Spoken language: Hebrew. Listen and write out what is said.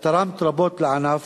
את תרמת רבות לענף